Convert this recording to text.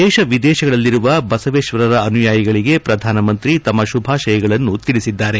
ದೇತ ವಿದೇಶದಲ್ಲಿರುವ ಬಸವೇಶ್ವರರ ಅನುಯಾಯಿಗಳಿಗೆ ಪ್ರಧಾನಮಂತ್ರಿ ತಮ್ಮ ಶುಭಾಶಯಗಳನ್ನು ತಿಳಿಸಿದ್ದಾರೆ